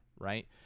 Right